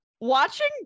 Watching